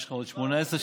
יש לך עוד 18 שאילתות.